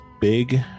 big